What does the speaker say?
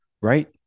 right